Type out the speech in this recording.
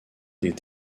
des